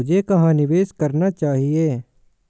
मुझे कहां निवेश करना चाहिए?